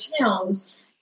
towns